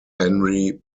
henry